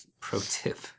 Pro-tip